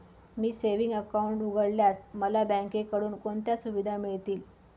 मी savings account उघडल्यास मला बँकेकडून कोणत्या सुविधा मिळतील?